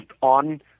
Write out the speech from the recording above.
on